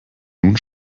nun